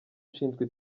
ushinzwe